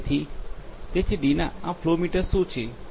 તેથી ડીના આ ફ્લો મીટર શું છે